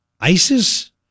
ISIS